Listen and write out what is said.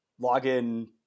login